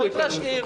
צריך להשאיר.